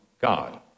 God